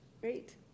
Great